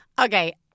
Okay